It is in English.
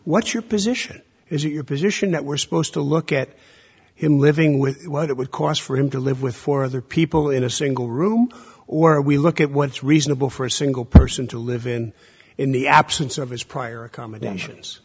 what your position is your position that we're supposed to look at him living with what it would cost for him to live with four other people in a single room or we look at what's reasonable for a single person to live in in the absence of his prior accommodations